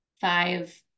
five